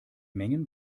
mengen